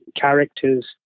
characters